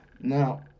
Now